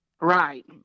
Right